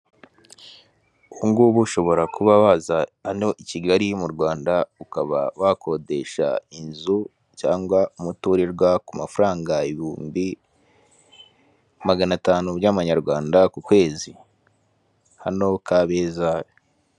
Ubungubu ushobora kuba waza hano i Kigali mu Rwanda, ukaba wakodesha inzu cyangwa umuturirwa ku mafaranga ibihumbi magana atanu by'amanyarwanda ku kwezi, hano Kabeza.